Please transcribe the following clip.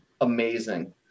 amazing